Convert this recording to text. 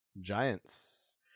Giants